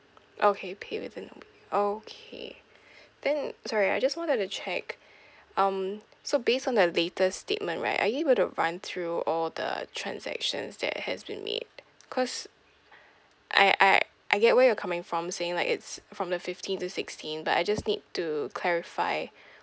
okay pay within a okay then sorry I just wanted to check um so based on the latest statement right are you able to run through all the transactions that has been made cause I I I get where you're coming from saying like it's from the fifteenth to sixteenth but I just need to clarify